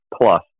plus